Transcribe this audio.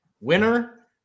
Winner